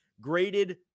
graded